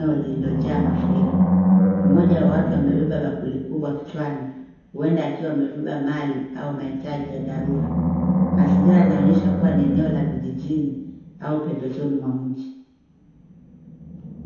waliopitia mafuriko. Mmoja wao amebeba kifaa kikubwa kichwani, huenda akibeba mali au mahitaji ya dharura. Mazingira yanaonyesha eneo la mafuriko au pembezoni mwa mji.